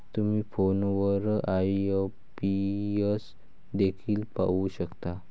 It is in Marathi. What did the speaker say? तुम्ही फोनवर आई.एम.पी.एस देखील वापरू शकता